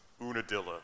Unadilla